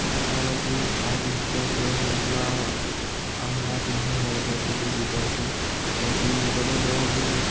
किसानों की आत्महत्या को रोकना आम बात नहीं है वैसे देखी जाए तो क्योंकि बड़े लोग